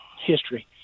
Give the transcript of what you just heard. history